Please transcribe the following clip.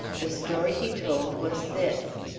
the story he told was this